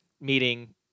meeting